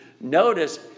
notice